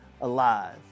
alive